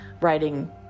writing